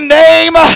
name